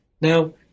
Now